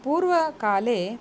पूर्वकाले